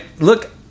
Look